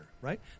right